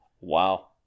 Wow